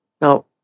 Now